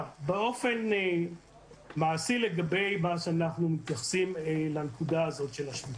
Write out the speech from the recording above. באופן מעשי לגבי הנקודה הזאת של השביתה.